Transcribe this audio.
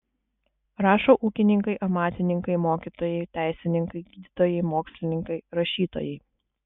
rašo ūkininkai amatininkai mokytojai teisininkai gydytojai mokslininkai rašytojai